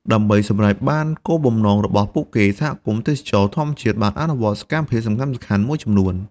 ដើម្បីសម្រេចបានគោលបំណងរបស់ពួកគេ សហគមន៍ទេសចរណ៍ធម្មជាតិបានអនុវត្តសកម្មភាពសំខាន់ៗមួយចំនួន។